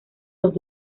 los